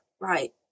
right